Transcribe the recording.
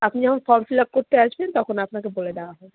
আপনি যখন form fill up করতে আসবেন তখন আপনাকে বলে দেওয়া হবে